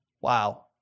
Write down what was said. Wow